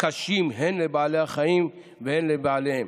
קשים הן לבעלי החיים והן לבעליהם.